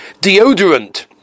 Deodorant